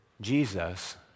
Jesus